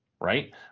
right